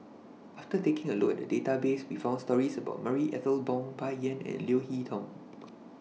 after taking A Look At The Database We found stories about Marie Ethel Bong Bai Yan and Leo Hee Tong